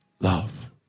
love